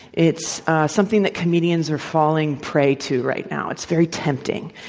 it's something that comedians are falling prey to right now. it's very tempting.